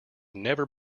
never